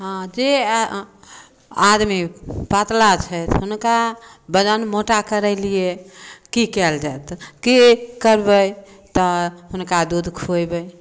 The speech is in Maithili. हँ जे आ आदमी पतला छथि हुनका बदन मोटा करै लिए की कयल जाइत की करबै तऽ हुनका दूध खुयबै